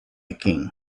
king